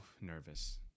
nervous